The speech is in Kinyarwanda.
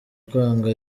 kwanga